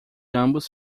ambos